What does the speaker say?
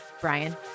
Brian